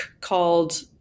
called